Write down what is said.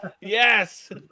Yes